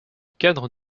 cadre